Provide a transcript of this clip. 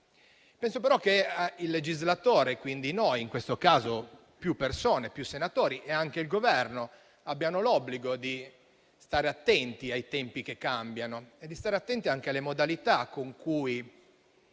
Penso però che il legislatore, quindi noi in questo caso, più persone, più senatori e anche il Governo, abbiano l'obbligo di stare attenti ai tempi che cambiano e di stare attenti anche alle modalità con cui